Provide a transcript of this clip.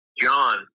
John